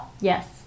Yes